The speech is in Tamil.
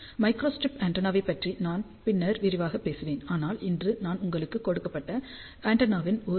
மைக்ரோஸ்ட்ரிப் ஆண்டெனாவைப் பற்றி நான் பின்னர் விரிவாகப் பேசுவேன் ஆனால் இன்று நான் உங்களுக்கு கொடுக்கப்பட்ட ஆண்டெனாவின் ஒரு வி